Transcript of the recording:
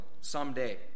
someday